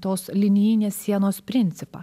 tos linijinės sienos principą